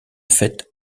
fait